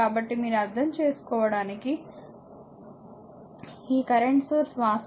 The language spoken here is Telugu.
కాబట్టి మీరు అర్థం చేసుకోవడానికి ఈ కరెంట్ సోర్స్ వాస్తవానికి ic 0